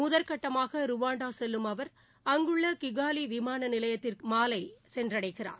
முதற்கட்டமாக ரூவாண்டா செல்லும் அவர் அங்குள்ள கிகாலி விமான நிலையத்திற்கு இன்று மாலை சென்றடைகிறார்